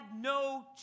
no